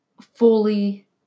fully